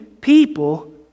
people